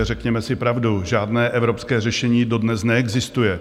Řekněme si pravdu, žádné evropské řešení dodnes neexistuje.